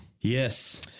Yes